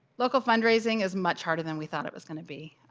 local fund-raising is much harder than we thought it was going to be.